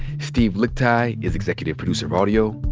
steve lickteig is executive producer of audio.